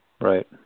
Right